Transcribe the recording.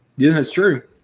yeah it's true.